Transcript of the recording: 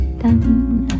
done